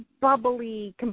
bubbly